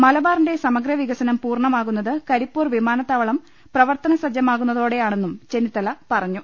മലബാറിന്റെ സമഗ്ര വികസനം പൂർണമാകുന്നത് കരിപ്പൂർ വിമാനത്താവളം പ്രവർത്തന സജ്ജമാകുന്ന തോടെയാണെന്നും ചെന്നിത്തല പറഞ്ഞു